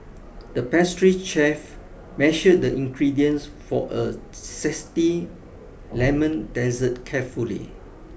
the pastry chef measured the ingredients for a zesty lemon dessert carefully